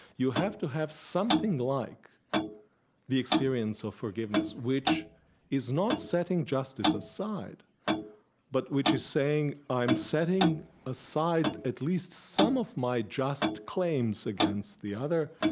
you have to have something like the experience of forgiveness, which is not setting justice aside but which is saying, i'm setting aside at least some of my just claims against the other,